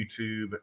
YouTube